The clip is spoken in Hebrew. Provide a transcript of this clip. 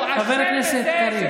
חבר הכנסת קריב, בבקשה.